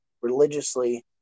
religiously